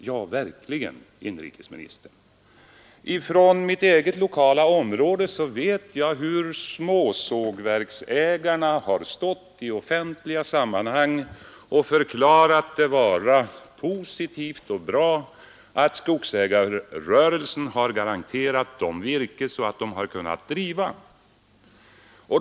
Ja, verkligen herr inrikesminister; från mitt eget lokala område vet jag hur småsågverksägarna i offentliga sammanhang har förklarat det vara positivt och bra att skogsägarrörelsen har garanterat dem virke så att de kunnat fortsätta driften.